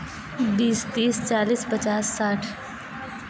بیس تیس چالیس پچاس ساٹھ